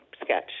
sketch